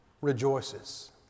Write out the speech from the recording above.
rejoices